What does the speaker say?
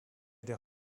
der